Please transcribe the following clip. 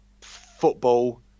football